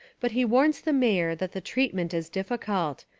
but he warns the mayor that the treat ment is difficult.